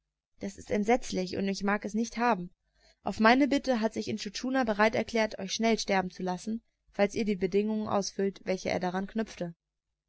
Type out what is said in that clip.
das ist entsetzlich und ich mag es nicht haben auf meine bitte hat sich intschu tschuna bereit erklärt euch schnell sterben zu lassen falls ihr die bedingung erfüllt welche er daran knüpfte